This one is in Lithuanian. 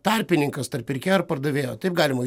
tarpininkas tarp pirkėjo ir pardavėjo taip galima